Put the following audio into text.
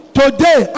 today